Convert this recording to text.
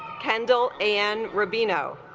kendall and rubino